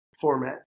format